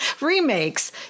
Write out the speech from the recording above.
Remakes